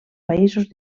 països